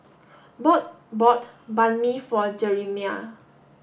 ball Bode bought Banh Mi for Jerimiah